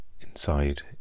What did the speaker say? inside